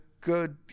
Good